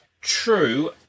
True